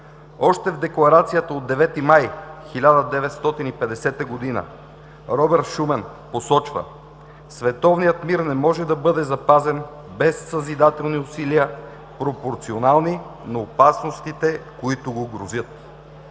Още в Декларацията от 9 май 1950 г. Робърт Шуман посочва: „Световният мир не може да бъде запазен без съзидателни усилия пропорционални на опасностите, които го грозят.“